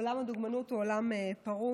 עולם הדוגמנות הוא עולם פרוץ,